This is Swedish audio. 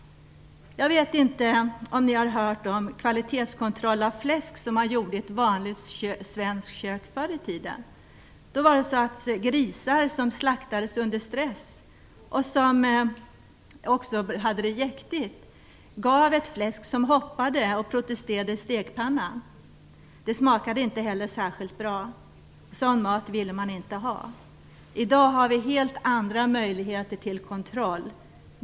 Jag vet inte om ni har hört hur man gjorde kvalitetskontroll av fläsk i ett vanligt svenskt kök förr i tiden. Grisar som slaktades under stress gav ett fläsk som hoppade och protesterade i stekpannan. Det smakade inte heller särskilt bra. Sådan mat ville man inte ha. I dag har vi helt andra möjligheter till kontroll.